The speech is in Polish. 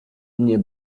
mnie